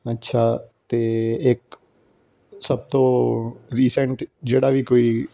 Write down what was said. ਅੱਛਾ ਅਤੇ ਇੱਕ ਸਭ ਤੋਂ ਰੀਸੈਂਟ ਜਿਹੜਾ ਵੀ ਕੋਈ